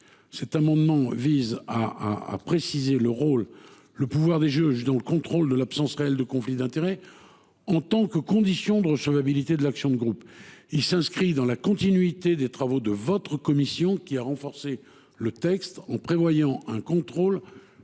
AA afin de préciser le rôle et les pouvoirs du juge dans le contrôle de l’absence réelle de conflit d’intérêts en tant que condition de recevabilité de l’action de groupe. Cette réécriture s’inscrit dans la continuité des travaux de votre commission, qui a renforcé le texte en prévoyant un contrôle